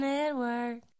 Network